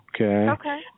Okay